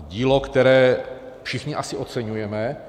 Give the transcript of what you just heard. Dílo, které všichni asi oceňujeme.